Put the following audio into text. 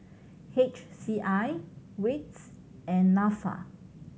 H C I wits and Nafa